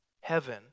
heaven